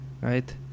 right